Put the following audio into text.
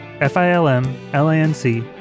F-I-L-M-L-A-N-C